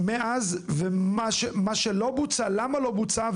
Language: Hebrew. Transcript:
ומאז, מה שלא בוצע, למה לא בוצע?